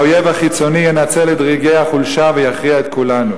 האויב החיצוני ינצל את רגעי החולשה ויכריע את כולנו,